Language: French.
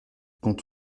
quand